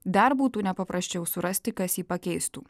dar būtų nepaprasčiau surasti kas jį pakeistų